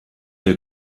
der